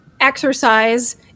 exercise